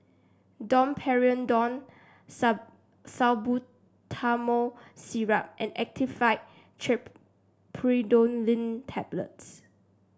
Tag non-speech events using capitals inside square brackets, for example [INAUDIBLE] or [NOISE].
Domperidone [UNINTELLIGIBLE] Salbutamol Syrup and Actifed Triprolidine Tablets